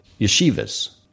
yeshivas